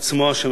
שהממשלה מביאה.